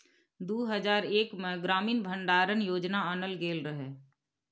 दु हजार एक मे ग्रामीण भंडारण योजना आनल गेल रहय